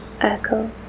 echo